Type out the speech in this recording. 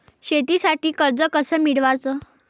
शेतीसाठी कर्ज कस मिळवाच?